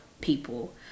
people